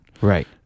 right